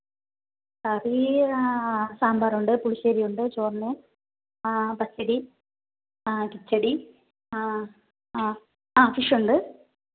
കറീ സാമ്പാറുണ്ട് പുളിശ്ശേരി ഉണ്ട് ചോറിന് പച്ചടി കിച്ചടി ആ ആ ഫിഷ്ഷുണ്ട്